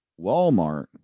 Walmart